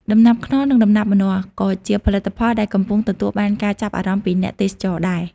ដំណាប់ខ្នុរ និងដំណាប់ម្នាស់ ក៏ជាផលិតផលដែលកំពុងទទួលបានការចាប់អារម្មណ៍ពីអ្នកទេសចរណ៍ដែរ។